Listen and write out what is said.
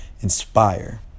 inspire